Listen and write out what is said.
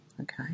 Okay